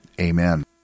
Amen